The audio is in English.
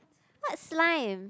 what's lime